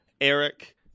Eric